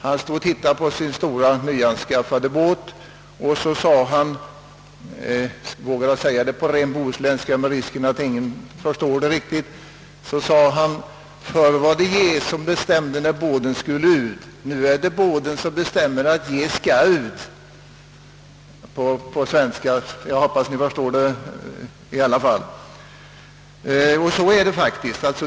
Han tittade på sin stora, nyanskaffade båt och sade — jag säger det på ren bohuslänska med risk att ingen förstår det: »Förr var de jä som bestämde när båden skulle ud, nu e de båden som bestämmer att jä ska ud.» Jag hoppas ni förstår det. Så är det faktiskt.